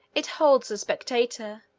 it holds the spectator,